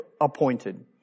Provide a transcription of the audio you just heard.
appointed